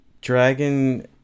Dragon